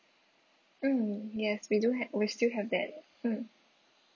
mm yes we do ha~ we still have that mm